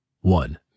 one